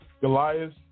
Goliath